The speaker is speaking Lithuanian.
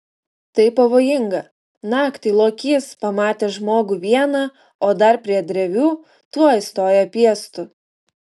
tai pavojinga naktį lokys pamatęs žmogų vieną o dar prie drevių tuoj stoja piestu